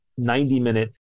90-minute